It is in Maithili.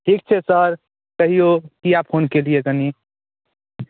ठिक छै सर कहिऔ किएक फोन केलियै कनी